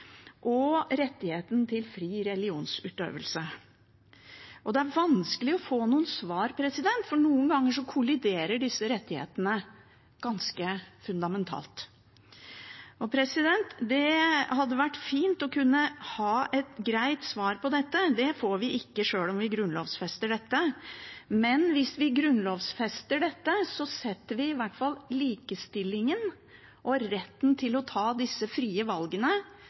og rettigheten til fri religionsutøvelse. Det er vanskelig å få noen svar, for noen ganger kolliderer disse rettighetene ganske fundamentalt. Det hadde vært fint med et greit svar på dette. Det får vi ikke selv om vi grunnlovfester dette, men hvis vi grunnlovfester dette, knesetter vi i hvert fall likestillingen og retten til å ta disse frie valgene